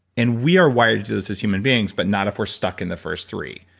and we are wired to do this as human beings, but not if we're stuck in the first three.